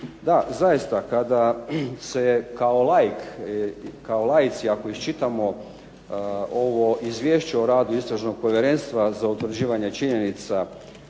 Da, zaista kada se kao laici ako iščitamo ovo Izvješće o radu Istražnog povjerenstva za utvrđivanje činjenica